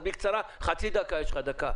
בקצרה, חצי דקה-דקה.